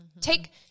Take